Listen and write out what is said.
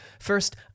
First